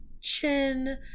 chin